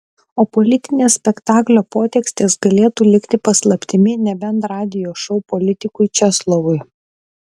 o politinės spektaklio potekstės galėtų likti paslaptimi nebent radijo šou politikui česlovui